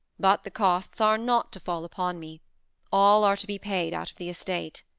but the costs are not to fall upon me all are to be paid out of the estate.